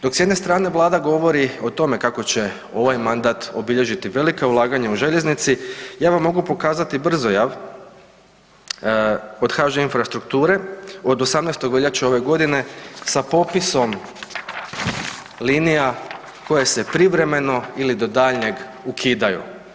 Dok s jedne strane Vlada govori o tome kako će ovaj mandat obilježiti velika ulaganja u željeznici, ja vam mogu pokazati brzojav od HŽ infrastrukture od 18. veljače ove godine sa popisom linija koje se privremeno ili do daljnjeg ukidaju.